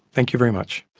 thank you very much.